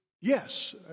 yes